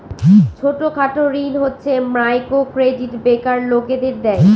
ছোট খাটো ঋণ হচ্ছে মাইক্রো ক্রেডিট বেকার লোকদের দেয়